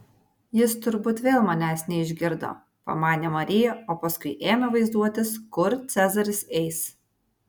jis turbūt vėl manęs neišgirdo pamanė marija o paskui ėmė vaizduotis kur cezaris eis